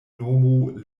nomu